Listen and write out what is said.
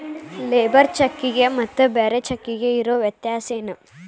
Labour ಚೆಕ್ಕಿಗೆ ಮತ್ತ್ ಬ್ಯಾರೆ ಚೆಕ್ಕಿಗೆ ಇರೊ ವ್ಯತ್ಯಾಸೇನು?